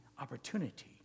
opportunity